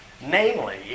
Namely